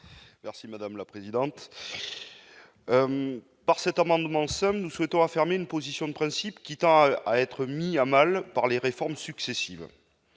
est à M. Fabien Gay. Par cet amendement simple, nous souhaitons affirmer une position de principe, qui tend à être mise à mal par les réformes successives.